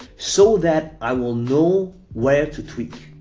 so that i will know where to tweak.